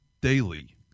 daily